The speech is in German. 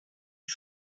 sie